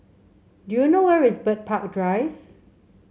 do you know where is Bird Park Drive